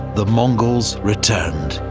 the mongols returned.